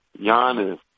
Giannis